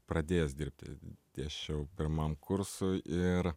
pradėjęs dirbti dėsčiau pirmam kursui ir